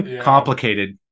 complicated